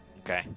Okay